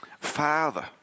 father